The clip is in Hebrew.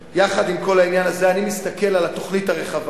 יחד עם כל העניין הזה אני בכל זאת מסתכל על התוכנית הרחבה,